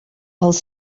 els